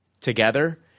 together